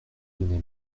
donner